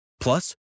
Plus